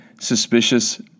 suspicious